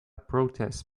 protest